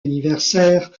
anniversaire